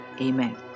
Amen